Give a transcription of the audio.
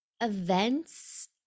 events